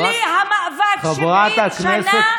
בלי המאבק 70 שנה,